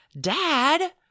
dad